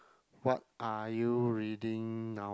what are you reading now